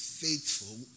faithful